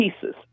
pieces